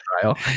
trial